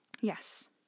Yes